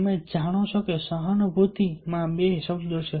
તમે જાણો છો કે સહાનુભૂતિ મા બે શબ્દો છે